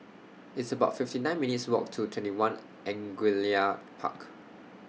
It's about fifty nine minutes' Walk to TwentyOne Angullia Park